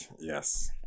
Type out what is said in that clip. Yes